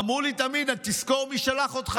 אמרו לי תמיד: תזכור מי שלח אותך.